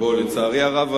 לצערי הרב,